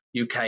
UK